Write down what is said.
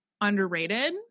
underrated